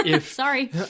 Sorry